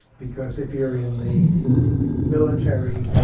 because, if you're in the military,